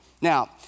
Now